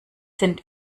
sind